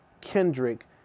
Kendrick